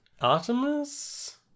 Artemis